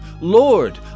Lord